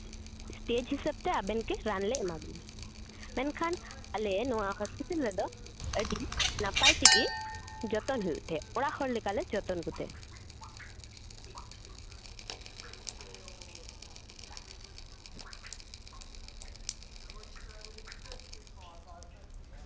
stage ᱦᱤᱥᱟᱹᱵᱛᱮ ᱟᱵᱮᱱ ᱜᱮ ᱨᱟᱱᱞᱮ ᱮᱢᱟᱵᱮᱱᱟ ᱢᱮᱱᱠᱷᱟᱱ ᱟᱞᱮ ᱱᱚᱣᱟ ᱦᱚᱥᱯᱤᱴᱟᱞ ᱨᱮᱫᱚ ᱟᱹᱰᱤ ᱱᱟᱯᱟᱭ ᱛᱮᱜᱮ ᱡᱚᱛᱚᱱ ᱦᱩᱭᱩᱜ ᱛᱮ ᱚᱲᱟᱜ ᱞᱮᱠᱟᱞᱮ ᱡᱚᱛᱚᱱ ᱠᱚᱛᱮ